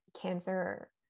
Cancer